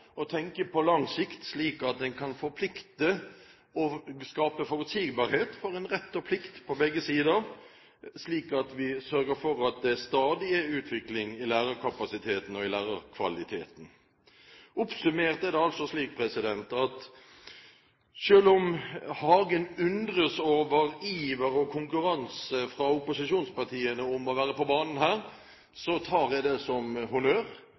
å tenke på lang sikt, slik at en kan forplikte og skape forutsigbarhet for en rett og plikt på begge sider, slik at vi sørger for at det stadig er utvikling i lærerkapasiteten og i lærerkvaliteten. Oppsummert er det altså slik at selv om Hagen undres over iver og konkurranse fra opposisjonspartiene om å være på banen her, tar jeg det som honnør.